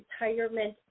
retirement